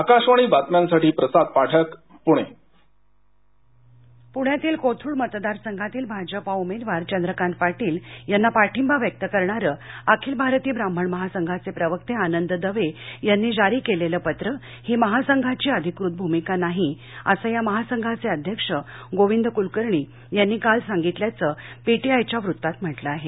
आकाशवाणी बातम्यांसाठी प्रसाद पाठक पूणे कोथरुड पुण्यातील कोथरुड मतदारसंघातील भाजपा उमेदवार चंद्रकांत पाटील यांना पाठिंबा व्यक्त करणारे अखिल भारतीय ब्राह्मण महासंघाचे प्रवक्ते आनंद दवे यांनी जारी केलेले पत्र ही महासंघाची अधिकृत भूमिका नाही असं या महासंघाचे अध्यक्ष गोविंद कुलकर्णी यांनी काल सांगितल्याचं पीटीआयच्या वृत्तात म्हटलं आहे